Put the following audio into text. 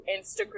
Instagram